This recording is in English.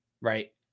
right